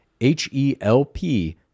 H-E-L-P